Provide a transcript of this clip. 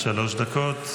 קודם כול,